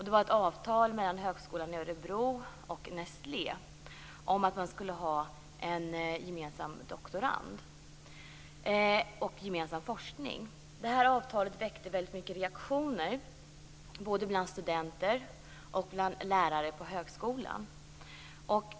Det var ett avtal mellan Högskolan i Örebro och Nestlé om att man skulle ha en gemensam doktorand och gemensam forskning. Detta avtal väckte väldigt mycket reaktioner, både bland studenter och bland lärare på högskolan.